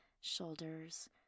shoulders